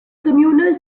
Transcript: communal